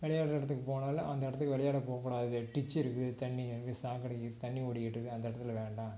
விளையாட்ற இடத்துக்குப் போனாலும் அந்த இடத்துக்கு விளையாட போகக்கூடாது டிச்சு இருக்குது தண்ணி இ சாக்கடைக்கு தண்ணி ஓடிகிட்டிருக்கு அந்த இடத்துல வேண்டாம்